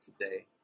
today